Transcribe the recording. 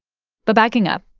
but backing up,